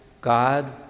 God